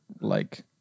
like-